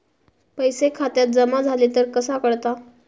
पैसे खात्यात जमा झाले तर कसा कळता?